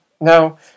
Now